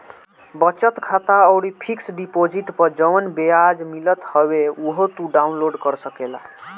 बचत खाता अउरी फिक्स डिपोजिट पअ जवन बियाज मिलत हवे उहो तू डाउन लोड कर सकेला